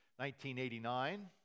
1989